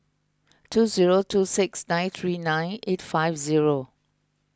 two zero two six nine three nine eight five zero